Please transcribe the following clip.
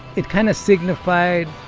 it kind of signified,